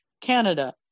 Canada